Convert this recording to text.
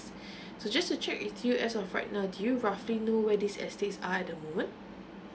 so just to check with you as of right now do you roughly know where these estates are at the moment